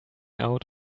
out